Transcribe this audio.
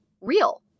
real